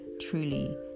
truly